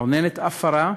לחונן את עפרה,